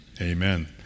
Amen